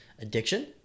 addiction